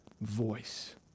voice